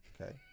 Okay